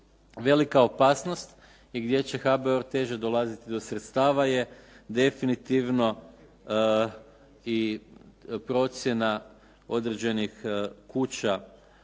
velika opasnost i gdje će HBOR teže dolaziti do sredstava je definitivno i procjena određenih kuća